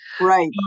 Right